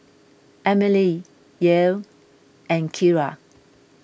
Emilie Yael and Keara